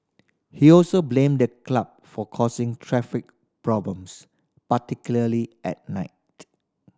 he also blamed the club for causing traffic problems particularly at night